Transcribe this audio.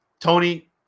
Tony